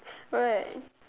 alright